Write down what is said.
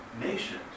nation